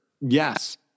Yes